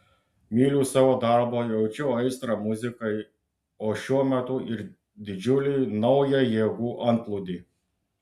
myliu savo darbą jaučiu aistrą muzikai o šiuo metu ir didžiulį naują jėgų antplūdį